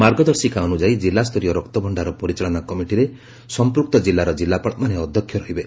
ମାର୍ଗଦର୍ଶିକା ଅନୁଯାୟୀ ଜିଲ୍ଲାସରୀୟ ରକ୍ତଭଷାର ପରିଚାଳନା କମିଟିରେ ସଂପୂକ୍ତ ଜିଲ୍ଲାର ଜିଲ୍ଲାପାଳମାନେ ଅଧ୍ଘକ୍ଷ ରହିବେ